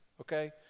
okay